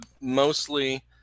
mostly –